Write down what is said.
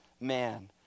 man